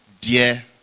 dear